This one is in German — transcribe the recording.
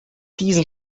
diesen